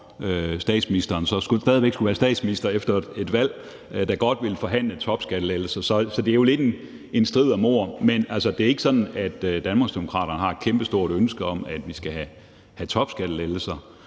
statsministeren så stadig væk skulle være statsminister, da godt ville forhandle topskattelettelser. Så det er jo lidt en strid om ord. Altså, det er ikke sådan, at Danmarksdemokraterne har et kæmpestort ønske om, at vi skal have topskattelettelser.